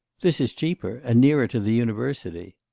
this is cheaper, and nearer to the university